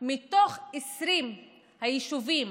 מתוך 20 היישובים